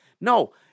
No